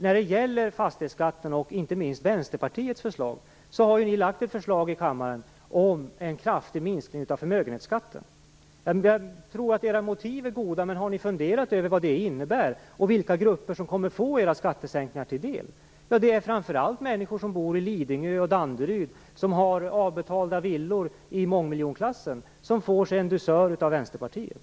När det gäller fastighetsskatten har Vänsterpartiet lagt fram ett förslag för kammaren om en kraftig minskning av förmögenhetsskatten. Jag tror att motiven är goda, men har vänsterpartisterna funderat över vad detta förslag innebär? Vilka grupper kommer att få deras skattesänkningar till del? Jo, det är framför allt människor som bor på Lidingö och i Danderyd i avbetalda villor i mångmiljonklassen som får sig en dusör av Vänsterpartiet.